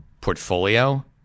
portfolio